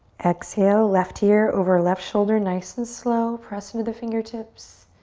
exhale, left ear over left shoulder. nice and slow, press into the fingertips.